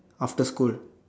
after school